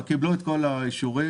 קיבלו את כל האישורים.